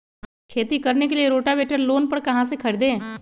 खेती करने के लिए रोटावेटर लोन पर कहाँ से खरीदे?